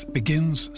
begins